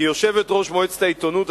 שיושבת-ראש מועצת העיתונות,